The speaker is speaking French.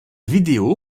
vidéo